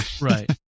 Right